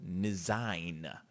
design